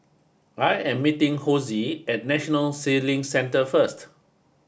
I am meeting Hosie at National Sailing Centre first